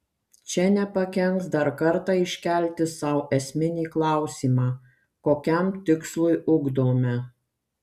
čia nepakenks dar kartą iškelti sau esminį klausimą kokiam tikslui ugdome